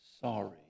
sorry